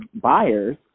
buyers